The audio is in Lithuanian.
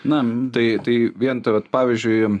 na tai tai vien tai vat pavyzdžiui